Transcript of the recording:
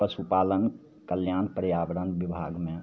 पशुपालन कल्याण पर्यावरण विभागमे